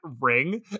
ring